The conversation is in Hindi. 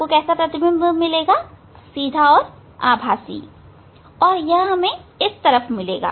आपको सीधा और आभासी प्रतिबिंब मिलेगा और यह हमें इस तरफ मिलेगा